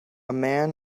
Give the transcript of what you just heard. man